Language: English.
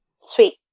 Sweet